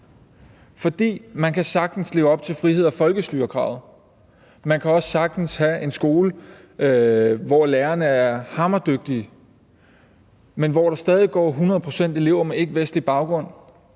For man kan sagtens leve op til frihed og folkestyre-kravet, og man kan også sagtens have en skole, hvor lærerne er hammerdygtige, men hvor der stadig går 100 pct. elever med ikkevestlig baggrund.